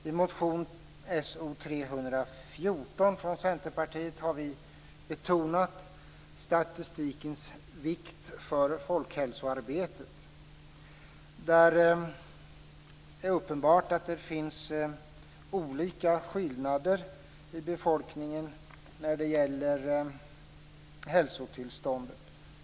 I motion So314 från Centerpartiet har vi betonat statistikens vikt för folkhälsoarbetet. Det är uppenbart att det finns olika skillnader i befolkningen när det gäller hälsotillståndet.